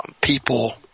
people